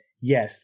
yes